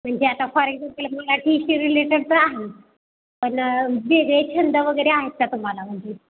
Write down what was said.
म्हणजे आता for मराठीशी related तर आहे पण वेगळे छंद वगैरे आहेत का तुम्हाला म्हणजे